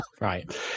Right